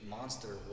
Monster